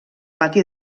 pati